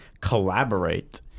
collaborate